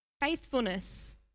Faithfulness